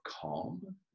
calm